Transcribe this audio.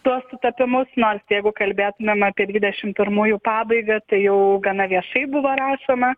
tuos sutapimus nors jeigu kalbėtumėm apie dvidešimt pirmųjų pabaigą tai jau gana viešai buvo rašoma